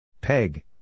Peg